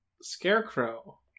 Scarecrow